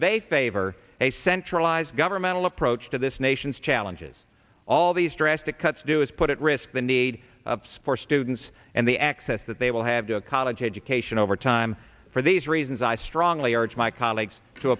they favor a centralized governmental approach to this nation's challenges all these drastic cuts do is put at risk the need of support students and the access that they will have to a college education overtime for these reasons i strongly urge my colleagues t